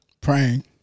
Praying